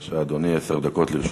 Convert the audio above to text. בבקשה, אדוני, עשר דקות לרשותך.